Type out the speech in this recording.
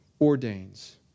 ordains